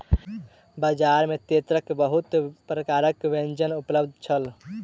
बजार में तेतैरक बहुत प्रकारक व्यंजन उपलब्ध छल